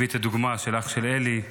הביא דוגמה של אליק,